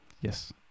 yes